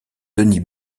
denis